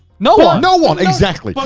no one. no one! exactly. but